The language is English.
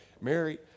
Mary